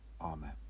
Amen